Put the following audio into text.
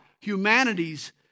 humanity's